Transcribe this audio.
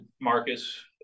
Marcus